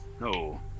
No